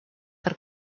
per